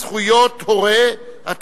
זכויות הורה),